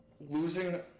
losing